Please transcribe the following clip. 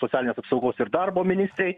socialinės apsaugos ir darbo ministrei